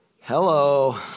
Hello